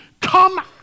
come